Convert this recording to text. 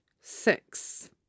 six